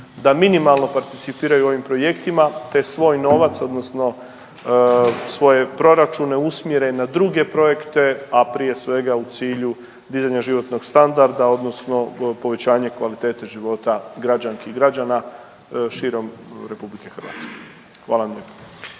da minimalno participiraju u ovim projektima, te svoj novac odnosno svoje proračune usmjere na druge projekte, a prije svega u cilju dizanja životnog standarda odnosno povećanje kvalitete života građanki i građana širom RH. Hvala vam lijepo.